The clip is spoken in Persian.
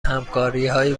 همکاریهایی